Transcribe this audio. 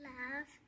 Love